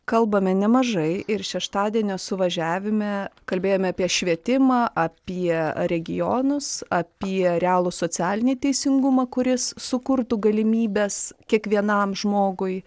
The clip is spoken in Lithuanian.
kalbame nemažai ir šeštadienio suvažiavime kalbėjome apie švietimą apie regionus apie realų socialinį teisingumą kuris sukurtų galimybes kiekvienam žmogui